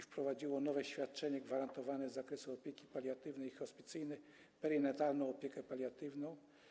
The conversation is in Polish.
Wprowadziło ono nowe świadczenie gwarantowane z zakresu opieki paliatywnej i hospicyjnej oraz perinatalną opiekę paliatywną.